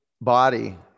body